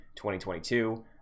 2022